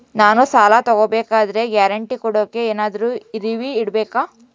ನಾನು ಸಾಲ ತಗೋಬೇಕಾದರೆ ಗ್ಯಾರಂಟಿ ಕೊಡೋಕೆ ಏನಾದ್ರೂ ಗಿರಿವಿ ಇಡಬೇಕಾ?